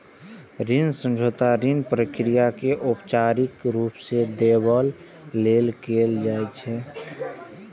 ऋण समझौता ऋण प्रक्रिया कें औपचारिक रूप देबय लेल कैल जाइ छै